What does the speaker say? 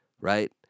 right